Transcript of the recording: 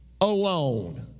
alone